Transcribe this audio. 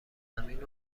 زمین